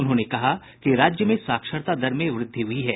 उन्होंने कहा कि राज्य मे साक्षरता दर में व्रद्धि हुई है